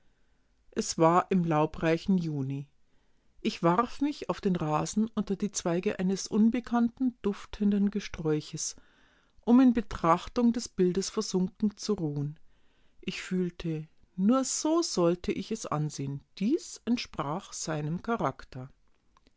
es war im laubreichen juni ich warf mich auf den rasen unter die zweige eines unbekannten duftenden gesträuches um in betrachtung des bildes versunken zu ruhen ich fühlte nur so sollte ich es ansehen dies entsprach seinem charakter